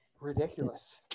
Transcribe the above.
ridiculous